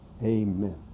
Amen